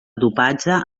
dopatge